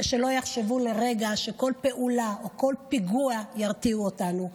ושלא יחשבו לרגע שכל פעולה או כל פיגוע ירתיעו אותנו.